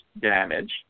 damage